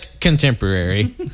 contemporary